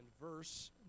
verse